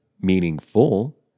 meaningful